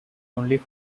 only